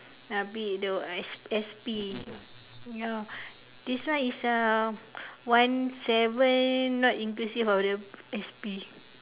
uh bill the S S_P ya this one is uh one seven not inclusive of the S_P